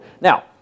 Now